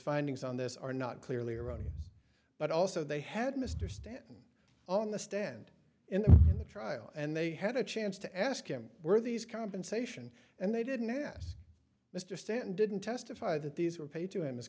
findings on this are not clearly erroneous but also they had mr stanton on the stand in the trial and they had a chance to ask him were these compensation and they didn't ask mr stanton didn't testify that these were paid to him as